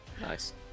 Nice